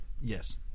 Yes